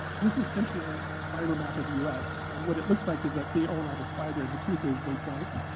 this is centurylinks fiber map of the us. and what it looks like is that they own all this fiber, and the truth is, they don't.